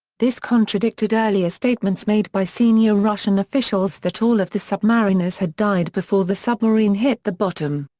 this contradicted earlier statements made by senior russian officials that all of the submariners had died before the submarine hit the bottom.